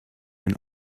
and